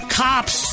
cops